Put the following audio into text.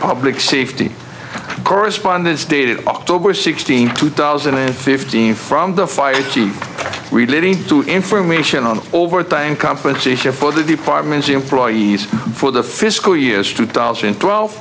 public safety correspondence dated october sixteenth two thousand and fifteen from the fight relating to information on overtime compensation for the department's employees for the fiscal years two thousand and twelve